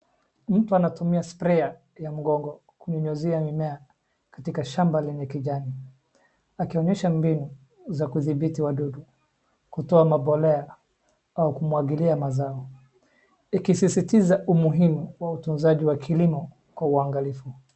Mtu anatumia sprayer ya mgongo kunyunyuzia mimea shamba lenye kijani, akionyesha mbinu za kudhibiti wadudu, kutoa mambolea, au kumwagilia mazao, ikisisitiza umuhimu wa utozaji kilimo, kwa uangalifu.